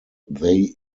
they